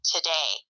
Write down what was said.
Today